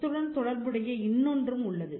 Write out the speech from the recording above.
இத்துடன் தொடர்புடைய இன்னொன்றும் உள்ளது